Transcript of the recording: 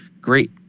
great